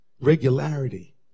regularity